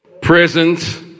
present